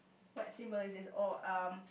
what symbol is oh um